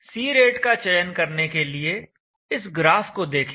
C rate का चयन करने के लिए इस ग्राफ को देखें